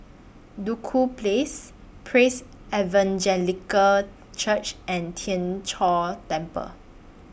Duku Place Praise Evangelical Church and Tien Chor Temple